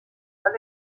حال